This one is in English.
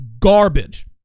garbage